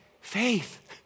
faith